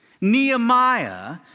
Nehemiah